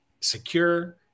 secure